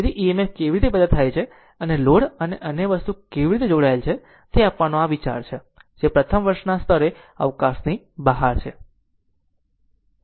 તેથી EMF કેવી રીતે પેદા થાય છે અને લોડ અને અન્ય વસ્તુ કેવી રીતે જોડાયેલ છે તે આપવાનો આ વિચાર છે જે પ્રથમ વર્ષના સ્તરે અવકાશની બહાર છે